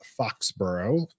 Foxborough